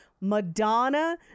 Madonna